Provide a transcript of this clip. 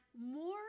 more